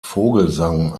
vogelsang